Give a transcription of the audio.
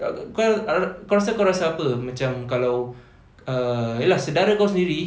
tak kau kau rasa kau rasa apa macam kalau err ye lah sedara kau sendiri